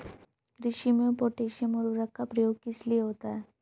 कृषि में पोटैशियम उर्वरक का प्रयोग किस लिए होता है?